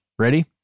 ready